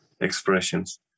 expressions